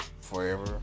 forever